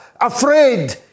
afraid